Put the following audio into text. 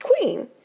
queen